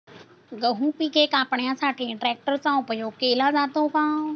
गहू पिके कापण्यासाठी ट्रॅक्टरचा उपयोग केला जातो का?